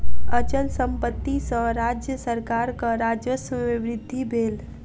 अचल संपत्ति सॅ राज्य सरकारक राजस्व में वृद्धि भेल